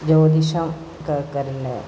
ജ്യോതിഷം